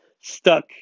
stuck